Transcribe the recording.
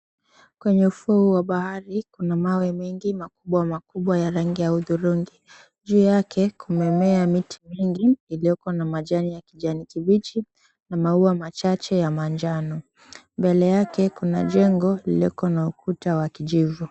Kwenye ufuo wa bahari, kuna mawe mengi makubwa makubwa ya rangi ya hudhurungi. Juu yake kumemea miti mingi iliyoko na majani ya kijani kibichi na maua machache ya manjano. Mbele yake kuna jengo iliyoko na ukuta wa kijivu.